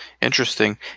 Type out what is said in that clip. Interesting